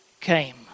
came